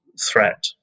threat